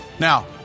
Now